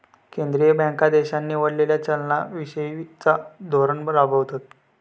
केंद्रीय बँका देशान निवडलेला चलना विषयिचा धोरण राबवतत